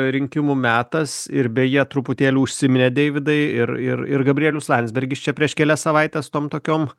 rinkimų metas ir beje truputėlį užsiminė deividai ir ir ir gabrielius landsbergis čia prieš kelias savaites tom tokiom